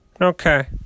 Okay